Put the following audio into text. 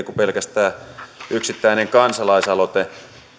kuin pelkästään yksittäinen kansalaisaloite